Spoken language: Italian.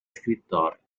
scrittore